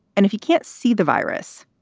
and if you can't see the virus,